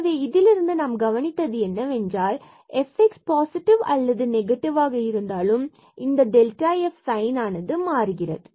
எனவே இதிலிருந்து நாம் கவனித்தது என்னவென்றால் fx பாசிட்டிவ் அல்லது fy நெகட்டிவ் ஆக இருந்தாலும் இந்த டெல்டா f சைன் ஆனது மாறுகிறது